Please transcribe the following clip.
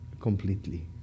completely